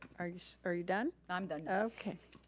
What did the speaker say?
are you so are you done? i'm done. okay.